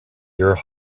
your